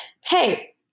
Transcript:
Hey